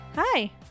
Hi